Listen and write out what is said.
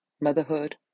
motherhood